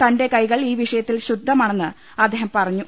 തന്റെ കൈകൾ ഈ വിഷയത്തിൽ ശുദ്ധമാണെന്ന് അദ്ദേഹം പറഞ്ഞു